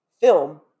film